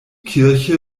kirche